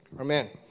Amen